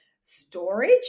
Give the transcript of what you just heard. storage